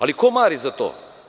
Ali ko mari za to?